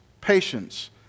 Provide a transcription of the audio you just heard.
patience